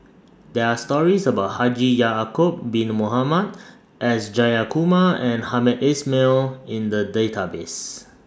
There Are stories about Haji Ya'Acob Bin Mohamed S Jayakumar and Hamed Ismail in The Database